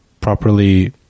properly